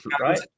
right